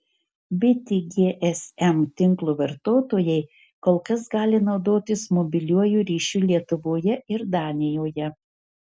bitė gsm tinklo vartotojai kol kas gali naudotis mobiliuoju ryšiu lietuvoje ir danijoje